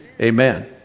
Amen